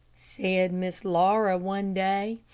said miss laura one day,